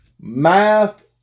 Math